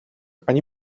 ani